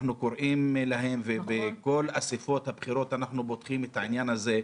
אנחנו קוראים להם ובכל אסיפות הבחירות אנחנו פותחים בעניין הזה,